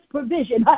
Provision